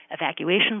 evacuation